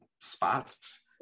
spots